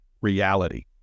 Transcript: reality